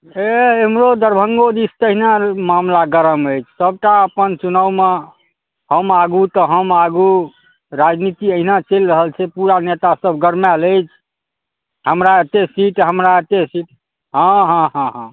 एह एमहरो दरभङ्गो दिस तहिना मामला गरम अछि सबटा अपन चुनाव मे हम आगू तऽ हम आगू राजनीति एहिना चलि रहल छै पुरा नेता सब गरमायल अछि हमरा एते सीट हमरा एते सीट हँ हँ हँ हँ